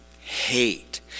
hate